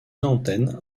antennes